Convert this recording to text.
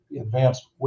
advanced